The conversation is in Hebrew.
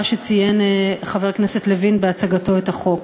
שציין חבר הכנסת לוין בהצגתו את החוק.